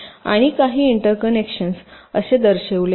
आणि काही इंटरकनेक्शन्स असे दर्शविले आहेत